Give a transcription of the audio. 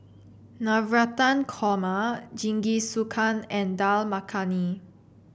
Navratan Korma Jingisukan and Dal Makhani